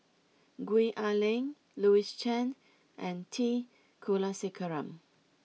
Gwee Ah Leng Louis Chen and T Kulasekaram